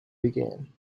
began